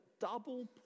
double